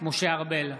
משה ארבל,